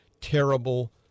terrible